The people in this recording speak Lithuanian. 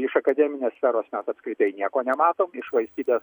iš akademinės sferos apskritai nieko nematom iš valstybės